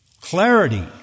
Clarity